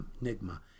enigma